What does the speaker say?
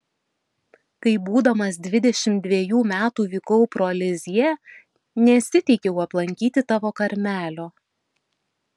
kai būdamas dvidešimt dvejų metų vykau pro lizjė nesiteikiau aplankyti tavo karmelio